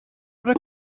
oder